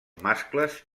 mascles